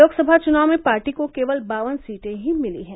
लोकसभा चुनाव में पार्टी को केवल बावन सीटे ही मिली हैं